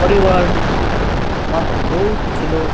पर्यावरणमा बहुत ठुलो